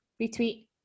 retweet